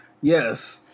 Yes